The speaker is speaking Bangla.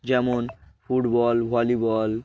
যেমন ফুটবল ভলিবল